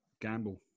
gamble